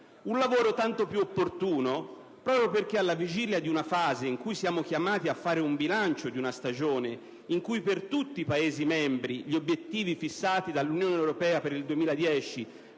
Un lavoro tanto più opportuno proprio perché ci troviamo alla vigilia di una fase in cui saremo chiamati a fare un bilancio di una stagione in cui, per tutti i Paesi membri, gli obiettivi fissati dall'Unione europea per il 2010